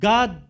God